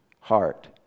heart